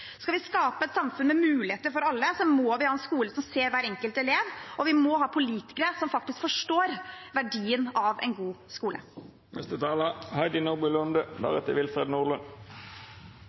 Skal vi skape et samfunn med muligheter for alle, må vi ha en skole som ser hver enkelt elev, og vi må ha politikere som faktisk forstår verdien av en god skole.